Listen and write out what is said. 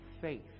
faith